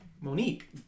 Monique